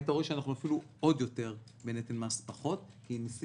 היית רואה שאנחנו עוד יותר בנטל מס פחות בגלל